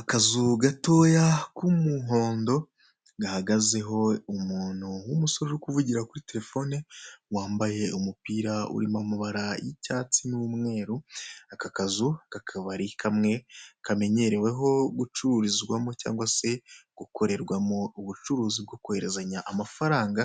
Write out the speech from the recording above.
Akazu gatoya k'umuhondo, gahagazeho umuntu w'umusore uri kuvugira kuri telefoni, wambaye umupira urimo amabara y'icyatsi n'umweru, aka kazu kakaba ari kamwe kamenyereweho gucururizwamo cyangwa se gukorerwamo ubucuruzi bwo kohererezanya amafaranga